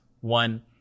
one